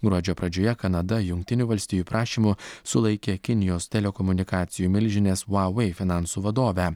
gruodžio pradžioje kanada jungtinių valstijų prašymu sulaikė kinijos telekomunikacijų milžinės vavai finansų vadovę